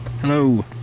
hello